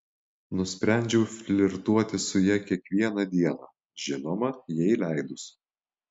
nusprendžiau flirtuoti su ja kiekvieną dieną žinoma jai leidus